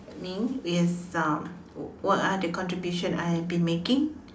me is um what are the contributions I have been making